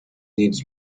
needs